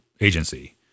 agency